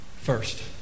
first